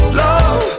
love